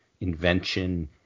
invention